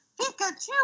Pikachu